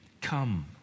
come